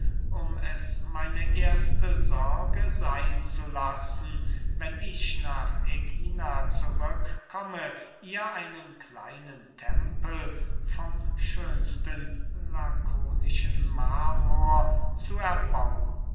um es meine erste sorge seyn zu lassen wenn ich nach ägina zurück komme ihr einen kleinen tempel vom schönsten lakonischen marmor zu erbauen